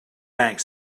bank